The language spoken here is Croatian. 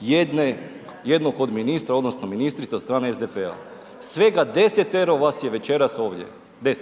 jedne, jednog od ministra odnosno ministrice od strane SDP-a, svega 10-ero vas je večeras ovdje, 10.